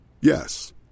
Yes